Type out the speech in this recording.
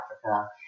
Africa